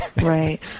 Right